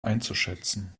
einzuschätzen